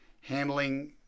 handling